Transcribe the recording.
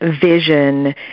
vision